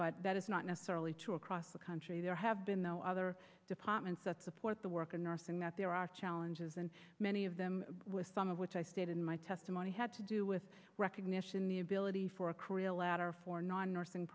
but that is not necessarily true across the country there have been other departments that support the work of nursing that there are challenges and many of them with some of which i stated in my testimony had to do with recognition the ability for